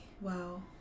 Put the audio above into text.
Wow